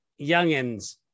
youngins